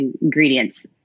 ingredients